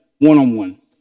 one-on-one